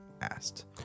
asked